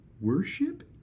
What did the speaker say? Worship